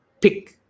pick